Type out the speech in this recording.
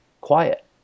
quiet